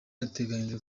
riteganyijwe